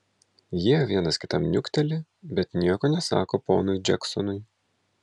jie vienas kitam niukteli bet nieko nesako ponui džeksonui